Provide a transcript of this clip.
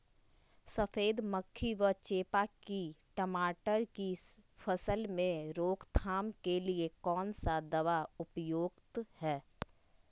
सफेद मक्खी व चेपा की टमाटर की फसल में रोकथाम के लिए कौन सा दवा उपयुक्त है?